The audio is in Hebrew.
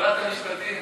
שרת המשפטים.